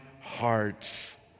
hearts